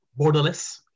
borderless